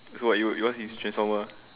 so what yours yours is transformer